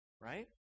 right